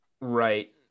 right